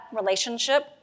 relationship